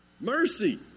mercy